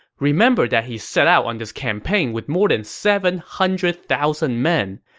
remember that he set out on this campaign with more than seven hundred thousand men,